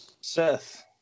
seth